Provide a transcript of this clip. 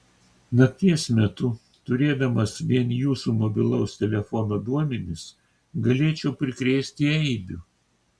nakties metu turėdamas vien jūsų mobilaus telefono duomenis galėčiau prikrėsti eibių